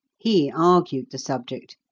he argued the subject.